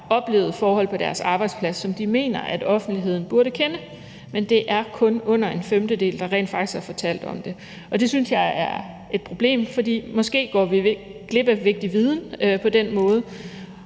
oplevet forhold på deres arbejdsplads, som de mener at offentligheden burde kende, men det er kun under en femtedel, der rent faktisk har fortalt om det. Og det synes jeg er et problem, for måske går vi glip af vigtig viden på den måde,